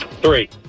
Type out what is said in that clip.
Three